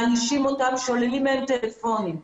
מענישים אותם, שוללים מהם טלפונים.